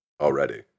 already